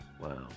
Wow